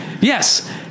Yes